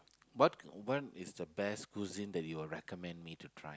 what one is the best cuisine that you will recommend me to try